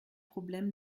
problèmes